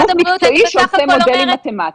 גוף מקצועי שעושה מודלים מתמטיים.